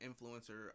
influencer